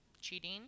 cheating